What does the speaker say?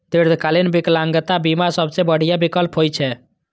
दीर्घकालीन विकलांगता बीमा सबसं बढ़िया विकल्प होइ छै